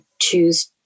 choose